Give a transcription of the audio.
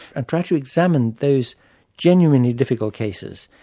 and try to examine those genuinely difficult cases,